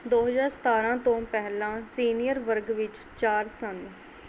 ਦੋ ਹਜ਼ਾਰ ਸਤਾਰਾਂ ਤੋਂ ਪਹਿਲਾਂ ਸੀਨੀਅਰ ਵਰਗ ਵਿੱਚ ਚਾਰ ਸਨ